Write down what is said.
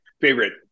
favorite